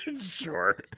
Sure